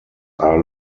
are